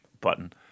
button